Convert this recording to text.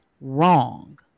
wrong